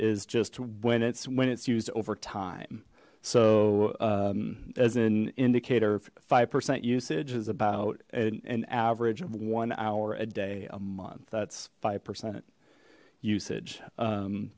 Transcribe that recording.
is just when it's when it's used over time so as an indicator five percent usage is about an average of one hour a day a month that's five percent usage